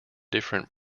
different